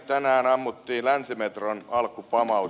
tänään ammuttiin länsimetron alkupamaus